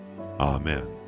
Amen